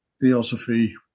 Theosophy